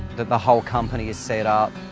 that the whole company is set up